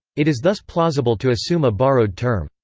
it is thus plausible to assume a borrowed term.